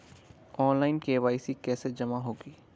Online KYC कैसे जमा होगी?